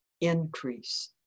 increase